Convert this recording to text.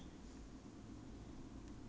ah ah